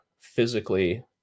physically